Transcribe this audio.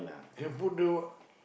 you can put the